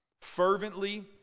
Fervently